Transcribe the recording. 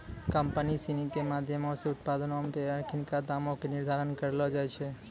company सिनी के माधयमो से उत्पादो पे अखिनका दामो के निर्धारण करलो जाय छै